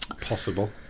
Possible